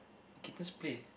kittens play